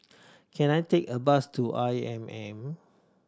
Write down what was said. can I take a bus to I M M